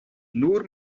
nur